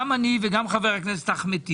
גם אני וגם חבר הכנסת אחמד טיבי,